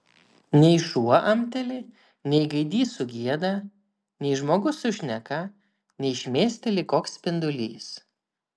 nei šuo amteli nei gaidys sugieda nei žmogus sušneka nei šmėsteli koks spindulys